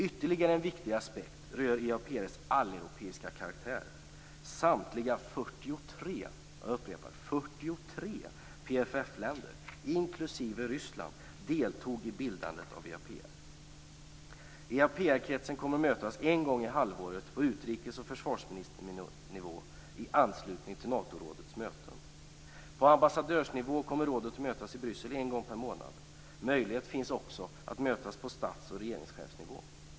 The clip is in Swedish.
Ytterligare en viktig aspekt rör EAPR:s alleuropeiska karaktär. Samtliga 43 - jag upprepar: 43 - PFF EAPR. EAPR-kretsen kommer att mötas en gång i halvåret på utrikes och försvarsministernivå i anslutning till Natorådets möten. På ambassadörsnivå kommer rådet att mötas i Bryssel en gång per månad. Möjlighet finns också att mötas på stats och regeringschefsnivå.